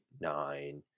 nine